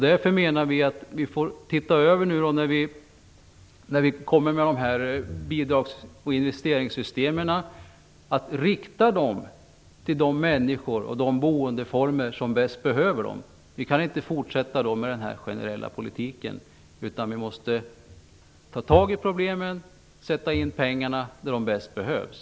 När nu bidrags och investeringssystemen skall ses över menar vi att de bör riktas till de människor och boendeformer som bäst behöver dem. Vi kan inte fortsätta med en generell politik, utan vi måste ta itu med problemen och sätta in pengarna där de bäst behövs.